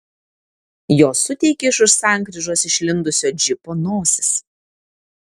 jos suteikė iš už sankryžos išlindusio džipo nosis